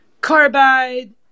carbide